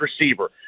receiver